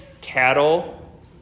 cattle